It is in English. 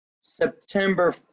September